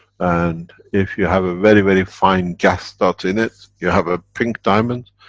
and, if you have a very, very fine gas dot in it, you have a pink diamond.